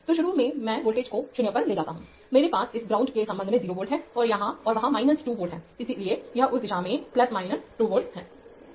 तो शुरू में मैं वोल्ट को 0 पर ले जाता हूं मेरे पास इस ग्राउंड के संबंध में 0 वोल्ट है और वहां 2 वोल्ट है इसलिए यह उस दिशा में 2 वोल्ट है